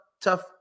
tough